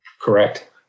Correct